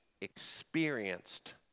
experienced